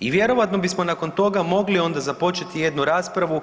I vjerojatno bismo nakon toga mogli onda započeti jednu raspravu